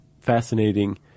fascinating